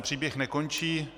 Příběh nekončí.